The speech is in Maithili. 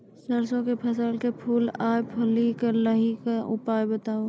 सरसों के फसल के फूल आ फली मे लाहीक के उपाय बताऊ?